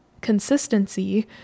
consistency